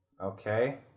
Okay